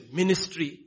ministry